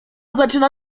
zaczyna